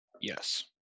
Yes